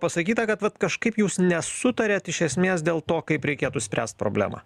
pasakyta kad vat kažkaip jūs nesutariat iš esmės dėl to kaip reikėtų spręst problemą